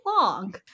long